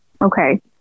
Okay